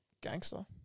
Gangster